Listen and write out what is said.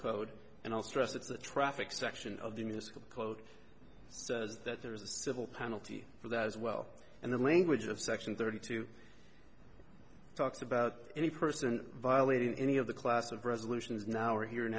code and i'll stress that the traffic section of the musical quote says that there is a civil penalty for that as well and the language of section thirty two talks about any person violating any of the class of resolutions now or here and